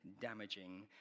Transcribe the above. damaging